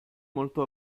molto